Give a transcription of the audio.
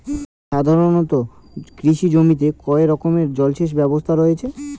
সাধারণত কৃষি জমিতে কয় রকমের জল সেচ ব্যবস্থা রয়েছে?